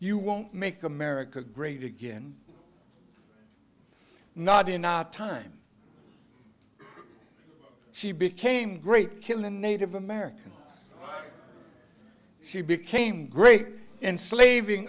you won't make america great again not enough time she became great kill a native american she became great enslav